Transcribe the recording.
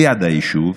ליד היישוב,